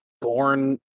born